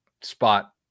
spot